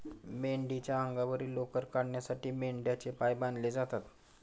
मेंढीच्या अंगावरील लोकर काढण्यासाठी मेंढ्यांचे पाय बांधले जातात